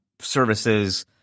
services